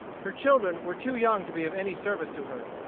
her children were too young to be of any service to her.